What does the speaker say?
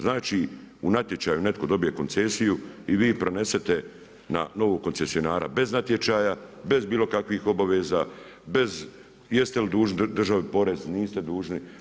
Znači u natječaju netko dobije koncesiju i vi prenesete na novog koncesionara bez natječaja, bez bilo kakvih obaveza, bez jeste li dužni državi porez, niste dužni.